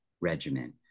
regimen